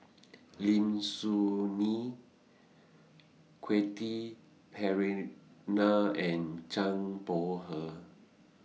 Lim Soo Ngee Quentin Pereira and Zhang Bohe